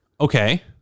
Okay